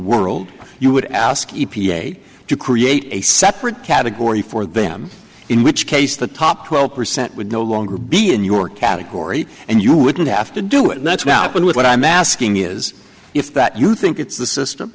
world you would ask e p a to create a separate category for them in which case the top twelve percent would no longer be in your category and you wouldn't have to do it that's about one with what i'm asking is if that you think it's the system